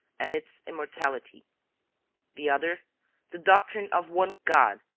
and its immortality the other the doctrine of one god,